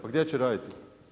Pa gdje će raditi?